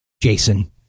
Jason